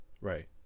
right